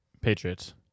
Patriots